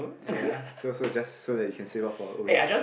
yea so so just so that you can save off for all these